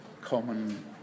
common